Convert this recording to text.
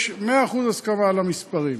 יש 100% הסכמה על המספרים.